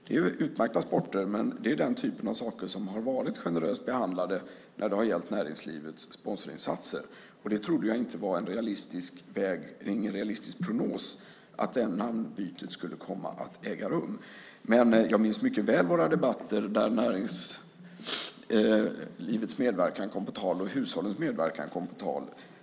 Det är utmärkta sporter, men det är den typen av saker som har varit generöst behandlade när det har gällt näringslivets sponsorsinsatser. Jag trodde inte att det var en realistisk prognos att det namnbytet skulle komma att äga rum, men jag minns mycket väl våra debatter där näringslivets och hushållens medverkan kom på tal.